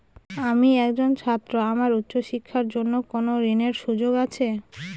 আমি একজন ছাত্র আমার উচ্চ শিক্ষার জন্য কোন ঋণের সুযোগ আছে?